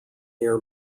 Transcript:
near